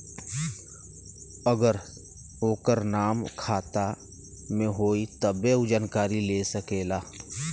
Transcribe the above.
अगर ओकर नाम खाता मे होई तब्बे ऊ जानकारी ले सकेला